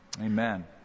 Amen